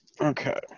Okay